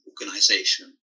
organization